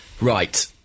Right